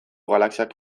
galaxiak